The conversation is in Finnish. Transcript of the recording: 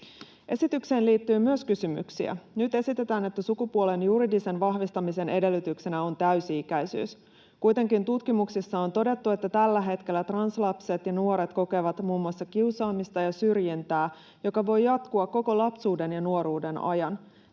Esitykseen liittyy myös kysymyksiä. Nyt esitetään, että sukupuolen juridisen vahvistamisen edellytyksenä on täysi-ikäisyys. Kuitenkin tutkimuksissa on todettu, että tällä hetkellä translapset ja -nuoret kokevat muun muassa kiusaamista ja syrjintää, joka voi jatkua koko lapsuuden ja nuoruuden ajan.